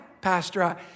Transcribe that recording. Pastor